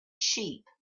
sheep